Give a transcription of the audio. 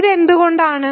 ഇതെന്തുകൊണ്ടാണ്